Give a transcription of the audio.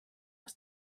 aus